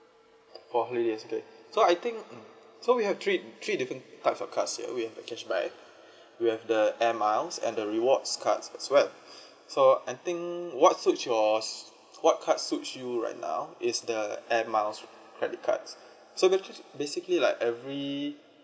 yes okay so I think mm so we have three three different types of cards here we have the cashback we have the air miles and the rewards cards as well so I think what suits yours what card suits you right now is the air miles credit cards so that just basically like every